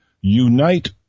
Unite